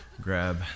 grab